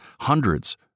hundreds